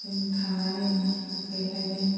जों थांनानै बेहायनो